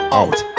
out